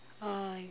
uh